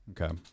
Okay